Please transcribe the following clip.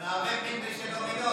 אתה מערבב מין בשאינו מינו.